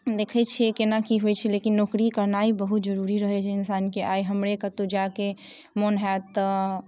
देखै छियै केना कि होइ छै लेकिन नौकरी करनाइ बहुत जरूरी रहै छै इन्सान के आइ हमरे कतौ जाके मोन होयत तऽ